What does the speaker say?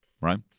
right